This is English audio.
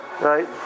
right